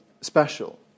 special